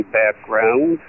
background